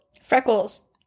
Freckles